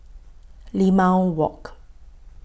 Limau Walk